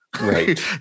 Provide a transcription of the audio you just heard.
right